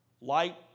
Light